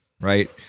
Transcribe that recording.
right